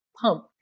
pump